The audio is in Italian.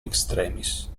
extremis